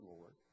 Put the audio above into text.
Lord